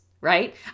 right